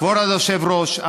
כבוד היושב-ראש,